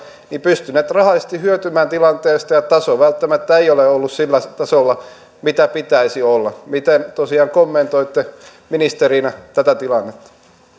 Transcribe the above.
pystyneet rahallisesti hyötymään tilanteesta ja taso välttämättä ei ole ollut sillä tasolla millä pitäisi olla miten tosiaan kommentoitte ministerinä tätä tilannetta